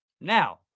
Now